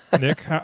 Nick